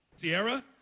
Sierra